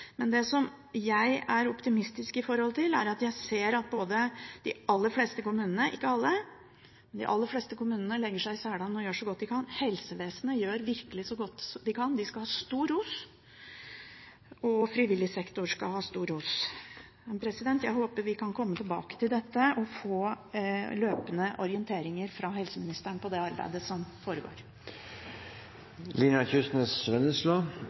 Det som gjør meg optimistisk, er at jeg ser at de aller fleste kommunene – ikke alle, men de aller fleste – legger seg i selen og gjør så godt de kan. Helsevesenet gjør virkelig også så godt de kan. De skal ha stor ros. Frivillig sektor skal også ha stor ros. Jeg håper vi kan komme tilbake til dette og få løpende orienteringer fra helseministeren om det arbeidet som foregår.